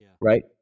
right